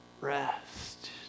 rest